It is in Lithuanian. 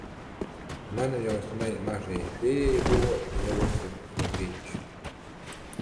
mano jausmai mažajai fėjai buvo drovūs ir globėjiški